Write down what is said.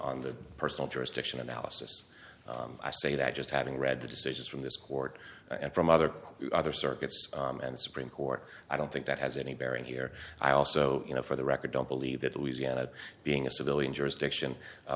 on the personal jurisdiction analysis i say that just having read the decisions from this court and from other other circuits and supreme court i don't think that has any bearing here i also you know for the record don't believe that louisiana being a civilian jurisdiction